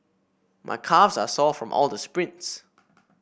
my calves are sore from all the sprints